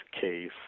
case